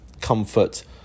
comfort